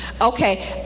Okay